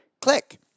Click